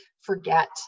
forget